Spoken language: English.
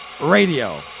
Radio